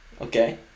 Okay